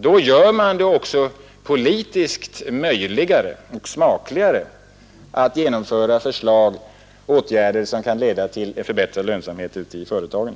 Då gör man det också politiskt möjligare och smakligare att genomföra åtgärder som kan leda till förbättrad lönsamhet i företagen.